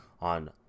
on